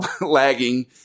lagging